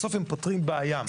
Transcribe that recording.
בסוף הם פותרים בעיה,